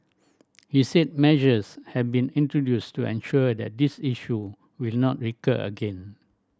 he said measures have been introduced to ensure that this issue will not recur again